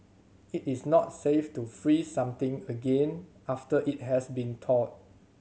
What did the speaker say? it is not safe to freeze something again after it has been thawed